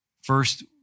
First